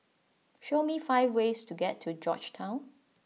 show me five ways to get to Georgetown